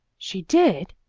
she did!